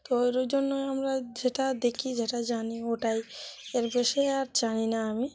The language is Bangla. তো ওর ওই জন্য আমরা যেটা দেখি যেটা জানি ওটাই এর বেশি আর জানি না আমি